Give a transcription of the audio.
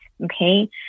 okay